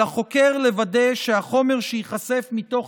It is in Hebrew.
על החוקר לוודא שהחומר שייחשף מתוך